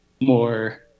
more